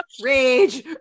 Rage